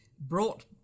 brought